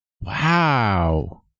Wow